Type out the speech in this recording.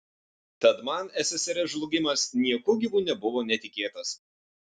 tad man ssrs žlugimas nieku gyvu nebuvo netikėtas